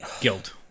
guilt